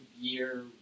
year